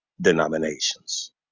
denominations